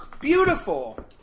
Beautiful